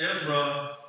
Ezra